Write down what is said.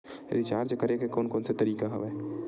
Recharge करे के कोन कोन से तरीका हवय?